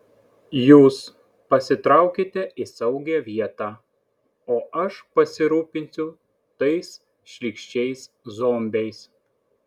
jūs pasitraukite į saugią vietą o aš pasirūpinsiu tais šlykščiais zombiais